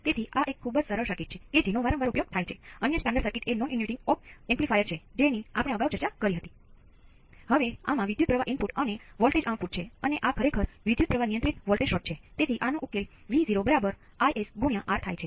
તેથી આ શૂન્ય ઇનપુટ દોરવો હમેંશા ઉપયોગી હોય છે